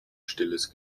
stilles